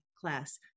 class